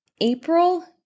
April